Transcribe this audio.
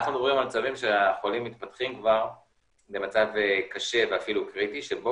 אנחנו מדברים על מצבים שהחולים מתפתחים כבר למצב קשה ואפילו קריטי שבו